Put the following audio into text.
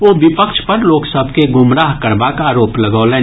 ओ विपक्ष पर लोक सभ के गुमराह करबाक आरोप लगौलनि